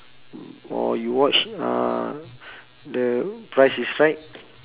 or you watch uh the price is right